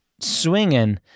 swinging